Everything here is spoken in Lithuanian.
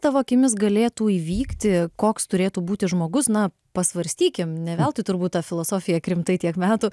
tavo akimis galėtų įvykti koks turėtų būti žmogus na pasvarstykim ne veltui turbūt tą filosofiją krimtai tiek metų